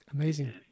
Amazing